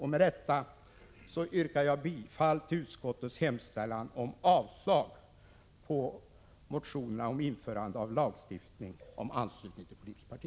Med detta yrkar jag bifall till utskottets hemställan om avslag på motionerna om införande av lagstiftning om anslutning till politiskt parti.